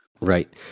Right